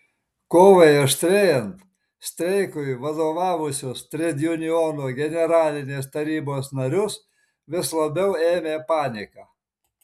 kovai aštrėjant streikui vadovavusius tredjunionų generalinės tarybos narius vis labiau ėmė panika